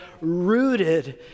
rooted